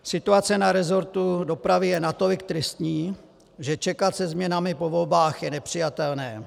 Situace na resortu dopravy je natolik tristní, že čekat se změnami po volbách je nepřijatelné.